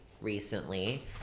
recently